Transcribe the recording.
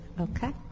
Okay